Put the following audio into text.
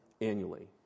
annually